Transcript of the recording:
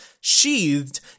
sheathed